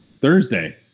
Thursday